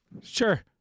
sure